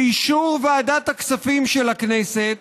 באישור ועדת הכספים של הכנסת,